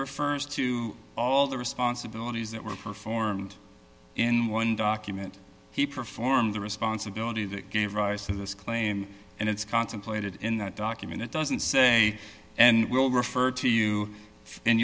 refers to all the responsibilities that were performed in one document he performed the responsibility that gave rise to this claim and it's contemplated in that document it doesn't say and will refer to you and